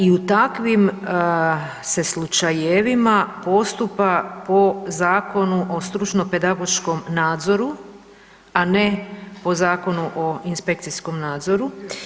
I u takvim se slučajevima postupa po Zakonu o stručno pedagoškom nadzoru, a ne po Zakonu o inspekcijskom nadzoru.